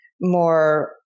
more